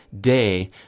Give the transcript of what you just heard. day